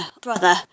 brother